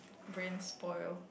brain spoil